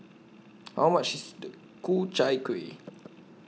How much IS The Ku Chai Kueh